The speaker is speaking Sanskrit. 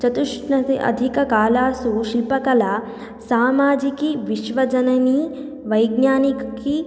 चतुष्षष्ट्यादि अधिककलासु शिल्पकला सामाजिकी विश्वजननी वैज्ञानिकी